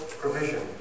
provision